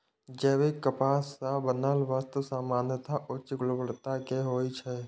जैविक कपास सं बनल वस्त्र सामान्यतः उच्च गुणवत्ता के होइ छै